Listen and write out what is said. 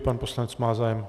Pan poslanec má zájem?